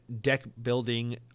deck-building